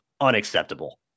unacceptable